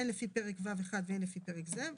הן לפי פרק ו'1 והן לפי פרק זה,